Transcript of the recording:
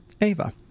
Ava